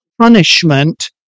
punishment